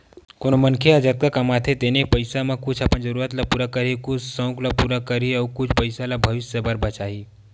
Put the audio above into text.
कोनो मनखे ह जतका कमाथे तेने पइसा म कुछ अपन जरूरत ल पूरा करही, कुछ सउक ल पूरा करही अउ कुछ पइसा ल भविस्य बर बचाही